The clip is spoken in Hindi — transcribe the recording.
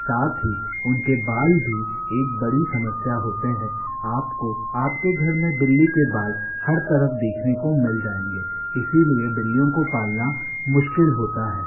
साथ ही उनके बाल भी एक बड़ी समस्या होते हैं आपको आपके घर में बिल्ली के बाल हर तरफ देखने को मिल जाएंगे इसीलिए बिल्लियों को पालना मुश्किल होता है